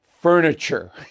furniture